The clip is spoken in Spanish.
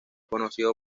conocido